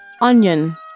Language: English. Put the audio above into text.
onion